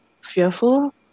fearful